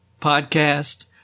podcast